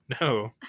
No